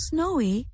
Snowy